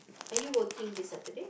are you working this Saturday